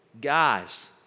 Guys